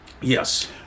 Yes